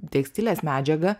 tekstilės medžiaga